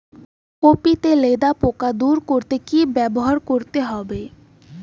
Copy তে লেদা পোকা দূর করতে কি ব্যবহার করতে হবে?